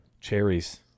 cherries